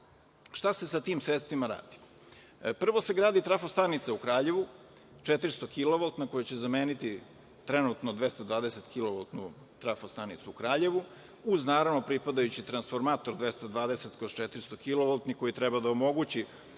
EMS.Šta se sa tim sredstvima radi? Prvo se gradi trafo-stanica u Kraljevu 400-kilovoltna koja će zameniti trenutno 220-kilovoltnu trafo-stanicu u Kraljevu, uz naravno pripadajui transformator 220/400 kilovoltni koji treba da omogući